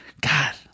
god